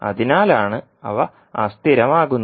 അതിനാലാണ് അവ അസ്ഥിരമാകുന്നത്